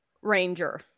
ranger